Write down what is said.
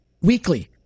weekly